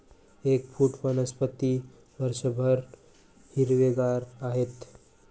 eggfruit वनस्पती वर्षभर हिरवेगार राहते